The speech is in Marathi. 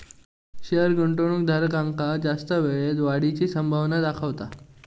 शेयर गुंतवणूकदारांका जास्त वेळेत वाढीची संभावना दाखवता